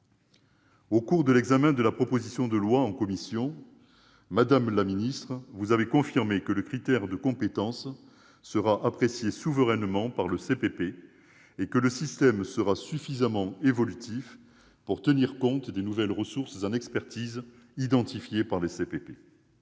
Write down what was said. Au cours de l'examen de la proposition de loi en commission, Mme la ministre des solidarités et de la santé a confirmé que le critère de compétence serait apprécié souverainement par le CPP et que le système serait suffisamment évolutif pour tenir compte des nouvelles ressources en expertise identifiées par les CPP.